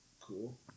Cool